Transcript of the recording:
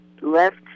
left